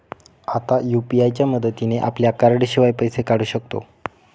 आता यु.पी.आय च्या मदतीने आपल्या कार्डाशिवाय पैसे काढू शकतो